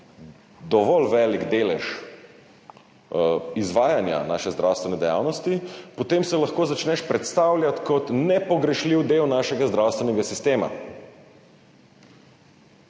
dovolj velik delež izvajanja naše zdravstvene dejavnosti, potem se lahko začneš predstavljati kot nepogrešljiv del našega zdravstvenega sistema